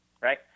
Right